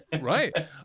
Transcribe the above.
Right